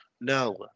No